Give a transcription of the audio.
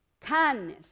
Kindness